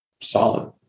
solid